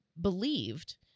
believed